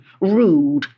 rude